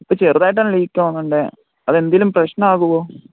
ഇപ്പം ചെറുതായിട്ടാണ് ലീക്കാകുന്നുണ്ടെങ്കിൽ അതെന്തെങ്കിലും പ്രശ്നമാകുമോ